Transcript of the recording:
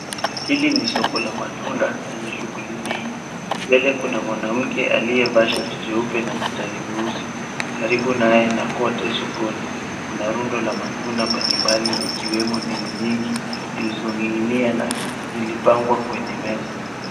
Hili ni soko la matunda yenye shughuli nyingi. Mbele kuna mwanamke aliyevaa shati jeupe na mistari meusi. Karibu naye na kote sokoni kuna rundo la matunda mbalimbali ikiwemo ndizi nyingi zilizoning'inia na zilipangwa kwenye meza.